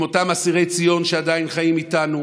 עם אותם אסירי ציון שעדיין חיים איתנו,